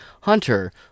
Hunter